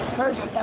first